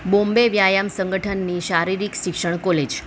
બોમ્બે વ્યાયામ સંગઠનની શારીરિક શિક્ષણ કોલેજ